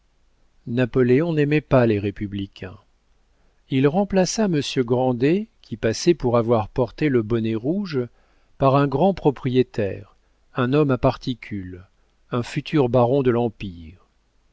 napoléon n'aimait pas les républicains il remplaça monsieur grandet qui passait pour avoir porté le bonnet rouge par un grand propriétaire un homme à particule un futur baron de l'empire